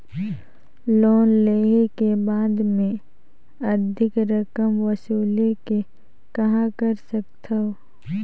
Loan लेहे के बाद मे अधिक रकम वसूले के कहां कर सकथव?